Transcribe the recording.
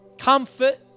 comfort